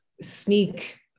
sneak